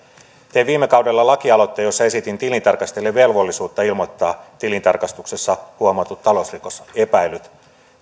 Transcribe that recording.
tein viime kaudella lakialoitteen jossa esitin tilintarkastajille velvollisuutta ilmoittaa tilintarkastuksessa huomatut talousrikosepäilyt